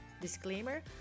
Disclaimer